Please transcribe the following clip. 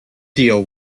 deal